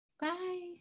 bye